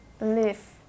live